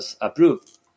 approved